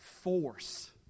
force